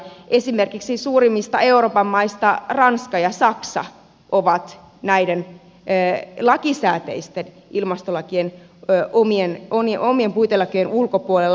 esimerkiksi suurimmista euroopan maista ranska ja saksa ovat näiden lakisääteisten ilmastolakien omien puitelakien ulkopuolella